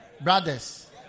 brothers